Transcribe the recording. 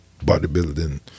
bodybuilding